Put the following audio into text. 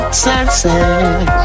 senses